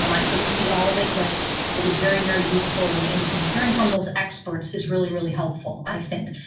um i couldn't see all of it, but it was very, very useful and and and hearing from those experts is really, really helpful, i think.